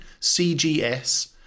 CGS